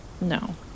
No